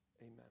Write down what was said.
Amen